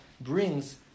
brings